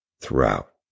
throughout